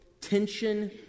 tension